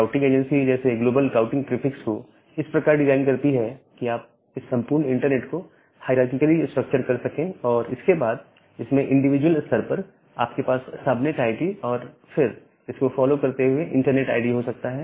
routing agency global routing prefix को इस प्रकार डिजाइन करती है कि आप इस संपूर्ण इंटरनेट को हायरारकीकली स्ट्रक्चर कर सकें और इसके बाद इसमें इंडिविजुअल स्तर पर आपके पास सबनेट आईडी और फिर इस को फॉलो करते हुए इंटरनेट आईडी हो सकता है